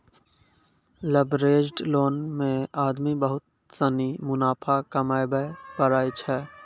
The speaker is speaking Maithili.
लवरेज्ड लोन मे आदमी बहुत सनी मुनाफा कमाबै पारै छै